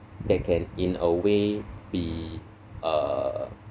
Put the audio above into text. that can in a way be uh